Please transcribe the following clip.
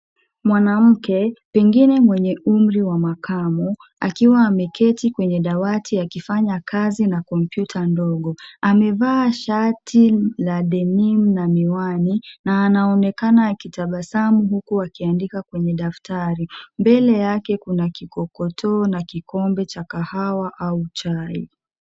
Mwanamke, pengine mwenye umri wa makamo akiwa ameketi kwenye dawati akifanya kazi na kompyuta ndogo amevaa shati la denim na miwani na anaonekana akitabasamu huku akiandika kwenye daftari. Mbele yake kuna kikokotoo na kikombe cha kahawa au chai.